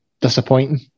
disappointing